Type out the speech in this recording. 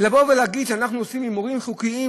לבוא ולהגיד שאנחנו עושים הימורים חוקיים,